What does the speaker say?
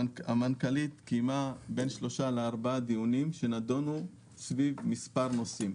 המנכ"לית קיימה בין 3 ל-4 דיונים שנדונו סביב מספר נושאים.